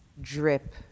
drip